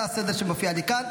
זה הסדר שמופיע לי כאן,